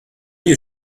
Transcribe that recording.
you